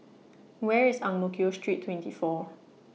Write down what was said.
Where IS Ang Mo Kio Street twenty four